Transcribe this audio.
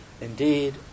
Indeed